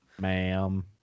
ma'am